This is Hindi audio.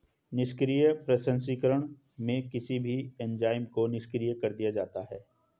निष्क्रिय प्रसंस्करण में किसी भी एंजाइम को निष्क्रिय कर दिया जाता है